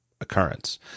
occurrence